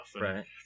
Right